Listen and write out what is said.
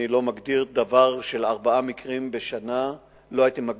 אני לא מגדיר דבר של ארבעה מקרים בשנה כתופעה.